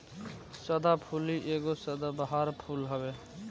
सदाफुली एगो सदाबहार फूल हवे